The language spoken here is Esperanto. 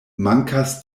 mankas